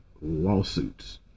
lawsuits